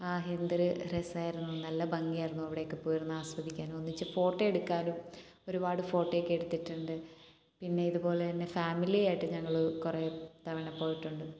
ആഹ് എന്തൊരു രസമായിരുന്നു നല്ല ഭംഗിയായിരുന്നു അവിടെയൊക്കെ പോയിരുന്ന് ആസ്വദിക്കാൻ ഒന്നിച്ച് ഫോട്ടോ എടുക്കാനും ഒരുപാട് ഫോട്ടോയൊക്കെ എടുത്തിട്ടുണ്ട് പിന്നെ ഇതുപോലെ തന്നെ ഫാമിലി ആയിട്ടും ഞങ്ങൾ കുറെ തവണ പോയിട്ടുണ്ട്